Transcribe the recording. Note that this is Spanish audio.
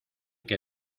que